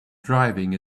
driving